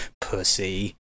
pussy